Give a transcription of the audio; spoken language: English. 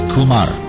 Kumar